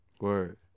Word